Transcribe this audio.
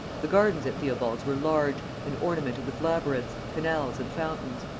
the gardens at theobald's were large, and ornamented with labyrinths, canals and fountains.